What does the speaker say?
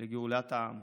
לגאולת העם.